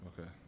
Okay